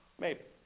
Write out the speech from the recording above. maybe.